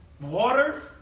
water